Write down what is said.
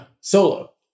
solo